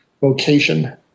vocation